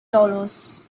solos